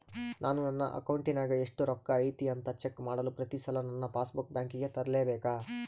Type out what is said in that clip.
ನಾನು ನನ್ನ ಅಕೌಂಟಿನಾಗ ಎಷ್ಟು ರೊಕ್ಕ ಐತಿ ಅಂತಾ ಚೆಕ್ ಮಾಡಲು ಪ್ರತಿ ಸಲ ನನ್ನ ಪಾಸ್ ಬುಕ್ ಬ್ಯಾಂಕಿಗೆ ತರಲೆಬೇಕಾ?